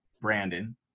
Brandon